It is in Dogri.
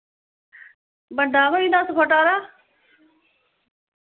बन दा कोई दस फुट हारा